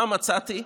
מה מצאתי,